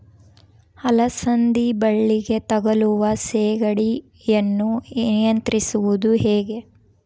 ಅಲಸಂದಿ ಬಳ್ಳಿಗೆ ತಗುಲುವ ಸೇಗಡಿ ಯನ್ನು ನಿಯಂತ್ರಿಸುವುದು ಹೇಗೆ?